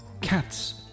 Cats